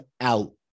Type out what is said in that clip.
out